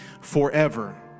forever